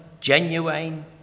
genuine